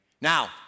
Now